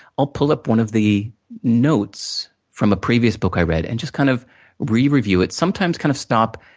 i'll pull up one of the notes from a previous book i read and just kind of rereview it. sometimes kind of stop,